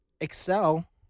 excel